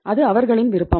அது அவர்களின் விருப்பம்